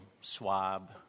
swab